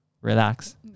relax